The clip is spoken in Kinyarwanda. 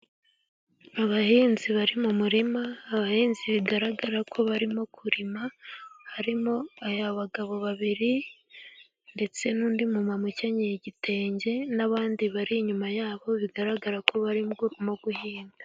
Abahinzi bari mu murima, abahinzi bigaragara ko barimo kurima harimo ay'abagabo babiri ndetse n'undi mu mama ukenyeye igitenge n'abandi bari inyuma yabo, bigaragara ko bari mu guhinga.